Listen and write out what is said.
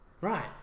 Right